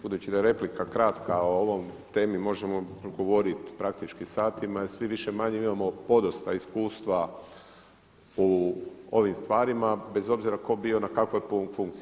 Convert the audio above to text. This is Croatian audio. Budući da je replika kratka o ovoj temi možemo govoriti praktički satima jer svi više-manje imamo podosta iskustva u ovim stvarima bez obzira tko bio na kakvoj funkciji.